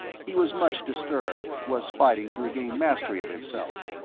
he was much disturbed, was fighting to regain mastery of himself.